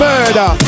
Murder